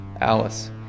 Alice